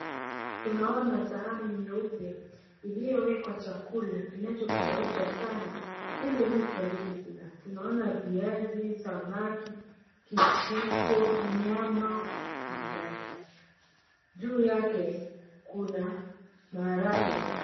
Tunaona sahani nyeupe iliyowekwa chakula kinachofurahisha sana ilimtu awezekula tunaona viazi, samaki, kicheko, nyama, maandazi, juu yake kuna maharagwe.